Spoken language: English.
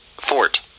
fort